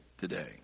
today